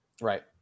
Right